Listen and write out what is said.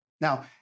Now